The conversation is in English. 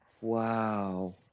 Wow